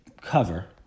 cover